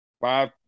five